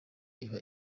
iba